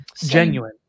genuine